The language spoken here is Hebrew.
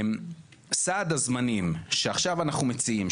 סד הזמנים שעכשיו אנחנו מציעים,